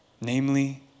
Namely